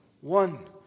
One